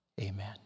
Amen